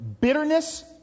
bitterness